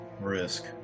risk